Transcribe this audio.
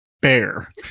bear